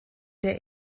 der